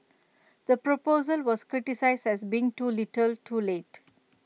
the proposal was criticised as being too little too late